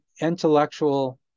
Intellectual